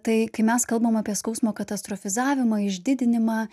tai kai mes kalbam apie skausmo katastrofizavimą išdidinimą